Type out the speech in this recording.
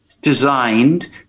designed